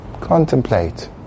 contemplate